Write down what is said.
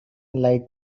light